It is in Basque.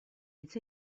hitz